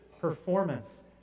performance